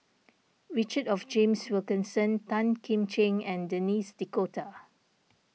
Richard James Wilkinson Tan Kim Ching and Denis D'Cotta